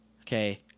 okay